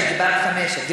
את דיברת שש.